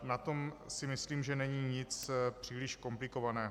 Na tom si myslím, že není nic příliš komplikovaného.